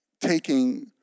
taking